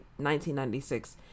1996